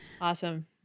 Awesome